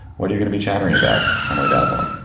what are you gonna be chattering about? emily bazelon